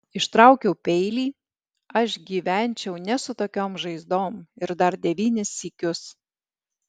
ištraukiau peilį aš gyvenčiau ne su tokiom žaizdom ir dar devynis sykius